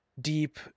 deep